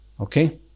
Okay